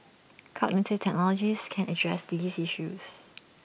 cognitive technologies can address these issues